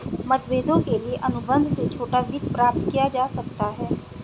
मतभेदों के लिए अनुबंध से छोटा वित्त प्राप्त किया जा सकता है